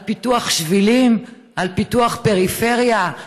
על פיתוח שבילים, על פיתוח פריפריה?